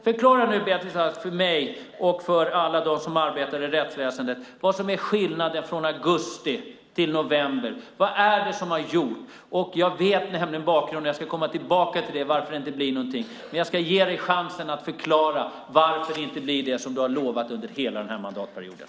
Förklara nu, Beatrice Ask, för mig och för alla dem som arbetar i rättsväsendet vad som är skillnaden från augusti till november! Jag vet nämligen bakgrunden. Jag ska komma tillbaka till varför det inte blir någonting. Men jag ska ge dig chansen att förklara varför det inte blir det som du har lovat under hela den här mandatperioden.